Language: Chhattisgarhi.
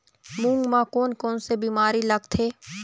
मूंग म कोन कोन से बीमारी लगथे?